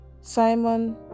Simon